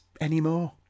anymore